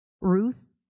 Ruth